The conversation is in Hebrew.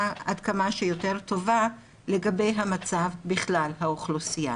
עד כמה שיותר טובה לגבי המצב בכלל האוכלוסייה.